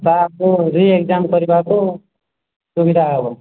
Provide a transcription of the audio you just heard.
ତାକୁ re exam କରିବାକୁ ସୁବିଧା ହେବ